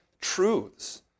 truths